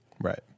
Right